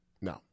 No